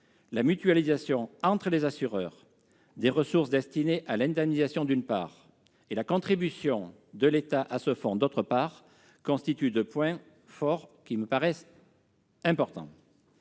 la mutualisation entre les assureurs des ressources destinées à l'indemnisation, d'une part, et la contribution de l'État à ce fonds, d'autre part, constituent deux points forts qui me paraissent importants.